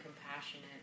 compassionate